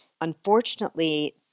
Unfortunately